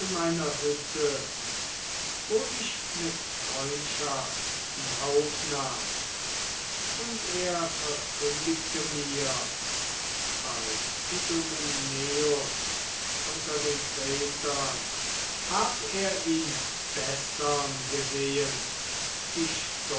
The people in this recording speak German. meiner hütte wo ich mit freundschaft ihn aufnahm und er verkündigte mir bei idomeneus unter den kretern hab er ihn bessern gesehen die